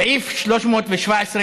יש העדפה.